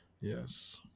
Yes